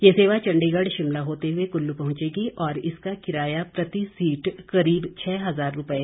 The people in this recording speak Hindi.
ये सेवा चंडीगढ़ शिमला होते हुए कुल्लू पहुंचेगी और इसका किराया प्रति सीट करीब छ हजार रुपए रहेगा